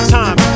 time